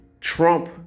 Trump